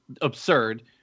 absurd